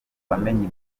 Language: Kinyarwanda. wamenye